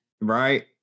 Right